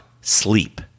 sleep